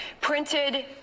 printed